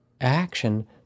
action